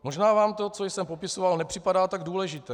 Možná vám to, co jsem popisoval, nepřipadá tak důležité.